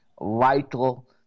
vital